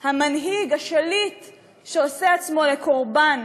המנהיג, השליט שעושה עצמו לקורבן.